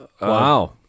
wow